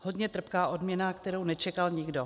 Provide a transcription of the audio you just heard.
Hodně trpká odměna, kterou nečekal nikdo.